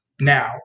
Now